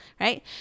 right